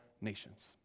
nations